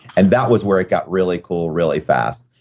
and that was where it got really cool really fast.